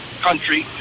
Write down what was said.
country